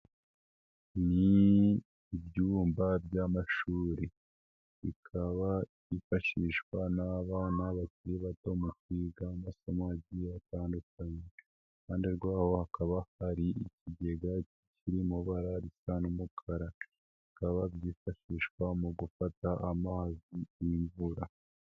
Ni ibyumba by'amashuri bikaba byifashishwa n'abana bakiri bato mu kwiga amasomo agiye hatandukanye. Iruhande rwabo hakaba hari ikigega kiri mu mabara agiye atandukanye.